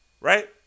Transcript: right